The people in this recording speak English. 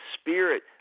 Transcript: spirit